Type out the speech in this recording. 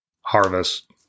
harvest